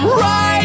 right